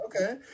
Okay